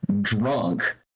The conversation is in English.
drunk